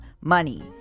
money